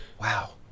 Wow